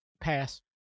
pass